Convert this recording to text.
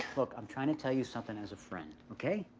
look, i'm trying to tell you something as a friend, okay?